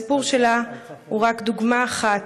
הסיפור שלה הוא רק דוגמה אחת,